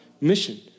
mission